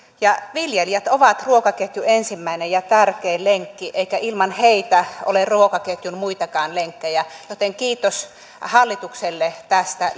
viljelijät ovat ruokaketjun ensimmäinen ja tärkein lenkki eikä ilman heitä ole ruokaketjun muitakaan lenkkejä joten kiitos hallitukselle tästä